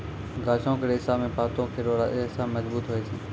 गाछो क रेशा म पातो केरो रेशा मजबूत होय छै